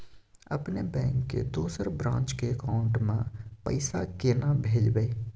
अपने बैंक के दोसर ब्रांच के अकाउंट म पैसा केना भेजबै?